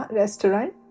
restaurant